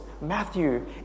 Matthew